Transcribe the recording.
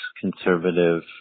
conservative